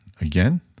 again